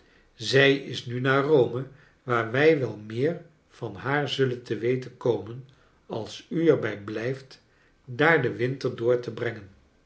zij is nu naar rome waar wij wel meer van haar zullen te weten komen als u er bij blijft daar den winter door te brengen